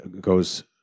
goes